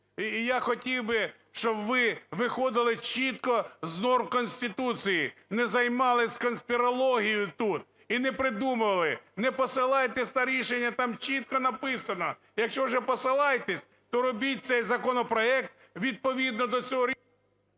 Я хотів би, щоб ви виходили чітко з норм Конституції, не займались конспирологией тут і не придумували. Не посилайтесь на рішення, там чітко написано, якщо вже посилаєтесь, то робіть цей законопроект відповідно до цього рішення…